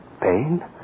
pain